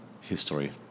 history